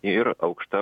ir aukšta